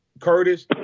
Curtis